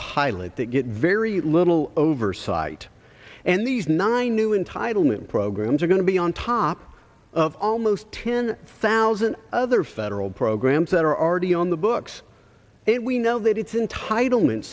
pilot that get very little oversight and these nine new entitlement programs are going to be on top of almost ten thousand other federal programs that are already on the books it we know that it's in title